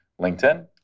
LinkedIn